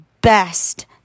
best